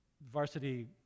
Varsity